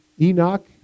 Enoch